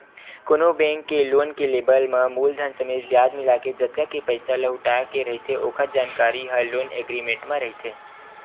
कोनो बेंक ले लोन के लेवब म मूलधन समेत बियाज मिलाके जतका के पइसा लहुटाय के रहिथे ओखर जानकारी ह लोन एग्रीमेंट म रहिथे